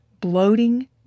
bloating